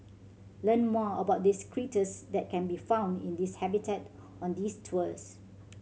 learn more about the that can be found in this habitat on these tours